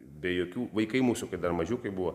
be jokių vaikai mūsų dar mažiukai buvo